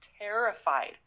terrified